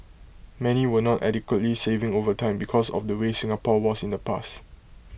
many were not adequately saving over time because of the way Singapore was in the past